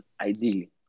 ideally